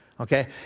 okay